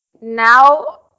now